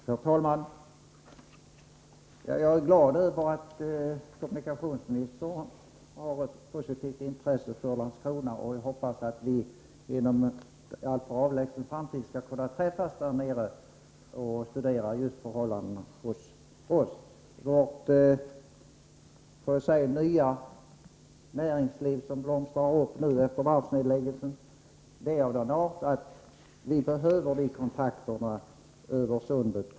Herr talman! Jag är glad över att kommunikationsministern har ett positivt intresse för Landskrona. Jag hoppas att vi inom en inte alltför avlägsen framtid skall kunna träffas där nere och studera förhållandena hos oss. Vårt så att säga nya näringsliv som blomstrar upp efter varvsnedläggelsen är av sådan art att vi behöver kontakter över sundet.